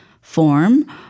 form